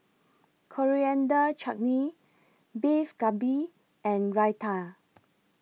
Coriander Chutney Beef Galbi and Raita